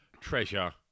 treasure